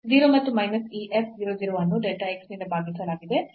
ಆದ್ದರಿಂದ 0 ಮತ್ತು ಮೈನಸ್ ಈ f 0 0 ಅನ್ನು delta x ನಿಂದ ಭಾಗಿಸಲಾಗಿದೆ